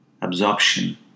absorption